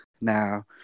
Now